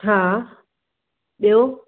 हा ॿियो